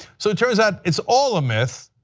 so turns out it's all a myth.